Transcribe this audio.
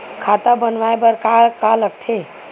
खाता बनवाय बर का का लगथे?